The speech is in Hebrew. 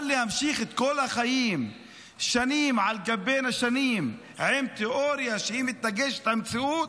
אבל להמשיך את כל החיים שנים על גבי שנים עם תיאוריה שמתנגשת במציאות,